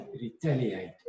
retaliate